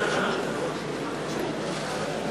אנחנו נדאג לשקט ונתחיל.